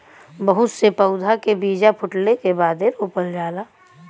बहुत से पउधा के बीजा फूटले के बादे रोपल जाला